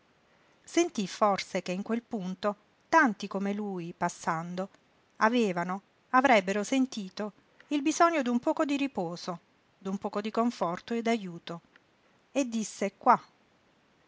sentí forse che in quel punto tanti come lui passando avevano avrebbero sentito il bisogno d'un poco di riposo d'un poco di conforto e d'ajuto e disse qua